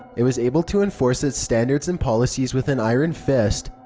it was able to enforce its standards and policies with an iron fist.